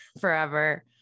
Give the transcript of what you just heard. forever